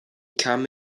come